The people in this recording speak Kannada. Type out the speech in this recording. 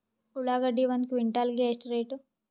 ಉಳ್ಳಾಗಡ್ಡಿ ಒಂದು ಕ್ವಿಂಟಾಲ್ ಗೆ ಎಷ್ಟು ರೇಟು?